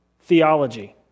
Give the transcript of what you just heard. theology